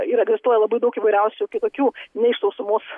ir egzistuoja labai daug įvairiausių kitokių ne iš sausumos